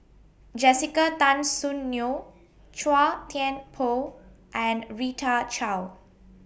Jessica Tan Soon Neo Chua Thian Poh and Rita Chao